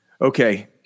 Okay